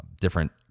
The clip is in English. different